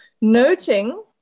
noting